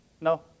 No